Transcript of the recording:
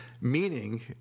meaning